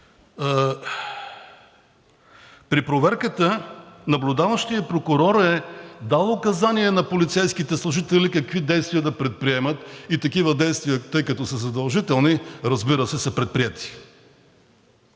При проверката наблюдаващият прокурор е дал указание на полицейските служители какви действия да предприемат и такива действия, тъй като са задължителни, разбира се, са предприети.